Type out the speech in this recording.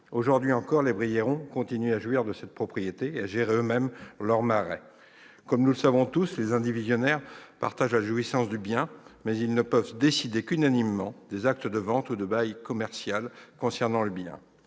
Aujourd'hui encore, les Briérons continuent à jouir de cette propriété et à gérer eux-mêmes leur marais. Comme nous le savons tous, les indivisaires partagent la jouissance du bien, mais ils ne peuvent décider qu'unanimement des actes de vente ou de bail commercial concernant le bien.